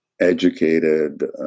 educated